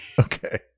okay